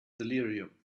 delirium